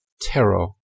terror